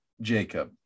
Jacob